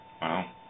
Wow